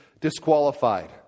disqualified